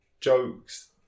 jokes